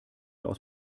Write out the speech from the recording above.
aus